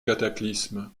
cataclysme